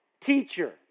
Teacher